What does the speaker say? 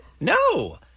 No